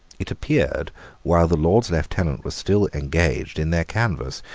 it appeared while the lords lieutenants were still engaged in their canvass,